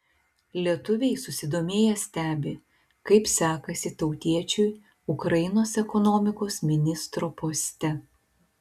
lietuviai susidomėję stebi kaip sekasi tautiečiui ukrainos ekonomikos ministro poste